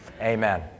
Amen